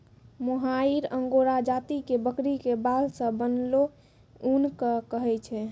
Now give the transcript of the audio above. मोहायिर angora जाति के बकरी के बाल सॅ बनलो ऊन कॅ कहै छै